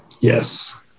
Yes